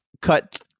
cut